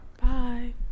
Bye